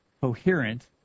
coherent